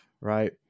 Right